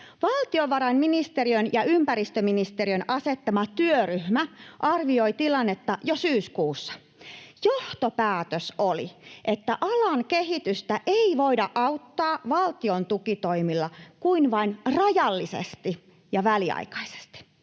Valtiovarainministeriön ja ympäristöministeriön asettama työryhmä arvioi tilannetta jo syyskuussa. Johtopäätös oli, että alan kehitystä ei voida auttaa valtion tukitoimilla kuin vain rajallisesti ja väliaikaisesti.